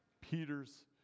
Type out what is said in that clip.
Peter's